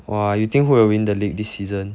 !wah! you think who will win the league this season